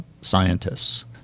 scientists